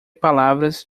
palavras